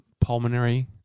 pulmonary